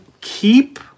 keep